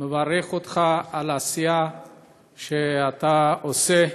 אני מברך אותך על העשייה שאתה עושה,